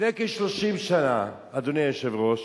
לפני כ-30 שנה, אדוני היושב-ראש